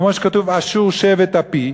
כמו שכתוב: "אשור שבט אפי",